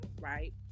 right